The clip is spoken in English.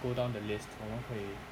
pull down the list 我们可以